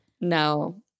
no